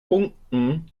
punkten